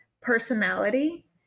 personality